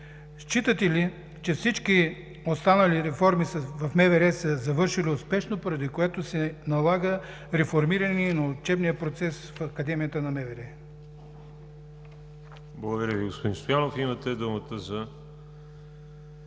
Считате ли, че всички останали реформи в МВР са завършили успешно, поради което се налага реформиране на учебния процес в Академията на МВР? ПРЕДСЕДАТЕЛ ВАЛЕРИ ЖАБЛЯНОВ: Благодаря Ви, господин Стоянов. Имате думата за